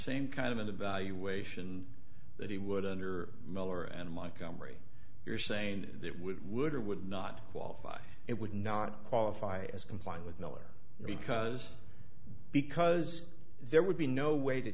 same kind of evaluation that he would under miller and my comrie you're saying that would would or would not qualify it would not qualify as complying with miller because because there would be no way to